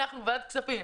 אנחנו ועדת כספים,